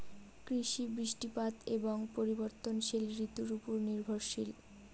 কৃষি বৃষ্টিপাত এবং পরিবর্তনশীল ঋতুর উপর নির্ভরশীল